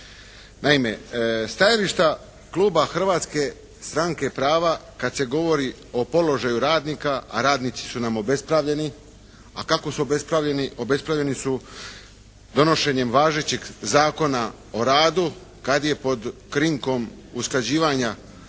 Naime, stajališta kluba Hrvatske stranke prava kad se govori o položaju radnika, a radnici su nam obespravljeni. A kako su nam obespravljeni? Obespravljeni su donošenjem važećeg Zakona o radu kad je pod krinkom usklađivanja